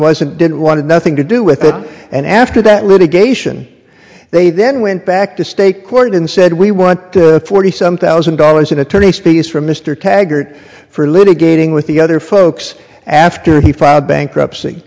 wasn't didn't want nothing to do with it and after that litigation they then went back to state court and said we want to forty some thousand dollars in attorney's fees for mr taggart for litigating with the other folks after he filed bankruptcy